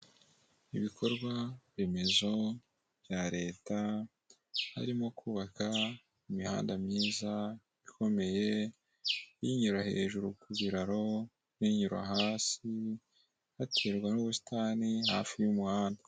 Ibikorwaremezo bya leta harimo kubaka imihanda myiza ikomeye binyura hejuru ku biraro binyura hasi haterwa, n'ubusitani hafi y'umuhanda.